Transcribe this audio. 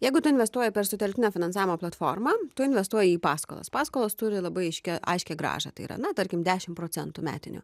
jeigu tu investuoji per sutelktinio finansavimo platformą tu investuoji į paskolas paskolas turi labai aiškią aiškią grąžą tai yra na tarkim dešim procentų metinių